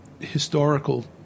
historical